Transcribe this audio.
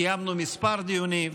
קיימנו מספר דיונים.